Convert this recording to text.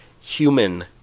human